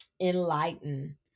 enlighten